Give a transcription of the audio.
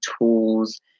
tools